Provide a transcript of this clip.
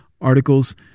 articles